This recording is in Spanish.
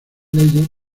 leyes